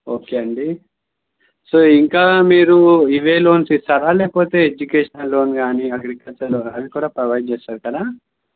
okay అండి so ఇంకా మీరు ఇవి లోన్స్ ఇస్తారా లేకపోతే ఎడ్యుకేషనల్ లోన్ కానీ అగ్రికల్చరల్ లో అవి కూడా ప్రొవైడ్ చేసి పెడతారా